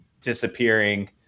disappearing